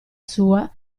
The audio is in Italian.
sua